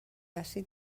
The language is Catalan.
àcid